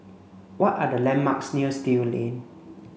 what are the landmarks near Still Lane